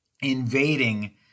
invading